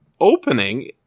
opening